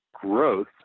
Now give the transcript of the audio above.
growth